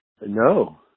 No